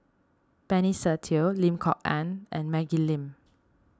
Benny Se Teo Lim Kok Ann and Maggie Lim